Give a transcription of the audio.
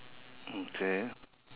okay